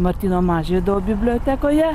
martyno mažvydo bibliotekoje